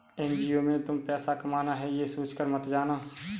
NGO में तुम पैसा कमाना है, ये सोचकर मत जाना